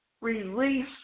release